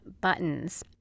buttons